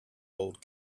old